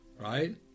right